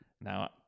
Now